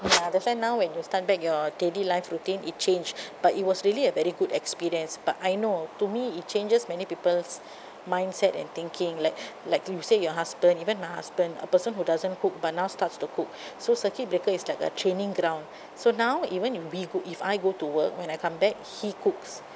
ya the fact now when you start back your daily life routine it change but it was really a very good experience but I know to me it changes many people's mindset and thinking like like you say your husband even my husband a person who doesn't cook but now starts to cook so circuit breaker is like a training ground so now even if we go if I go to work when I come back he cooks